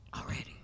Already